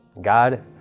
God